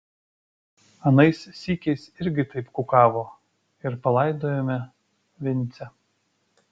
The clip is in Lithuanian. anais sykiais irgi taip kukavo ir palaidojome vincę